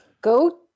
Go